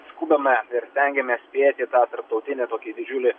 skubame ir stengiamės spėti į tą tarptautinę tokį didžiulį